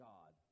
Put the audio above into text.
God